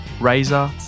Razor